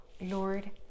lord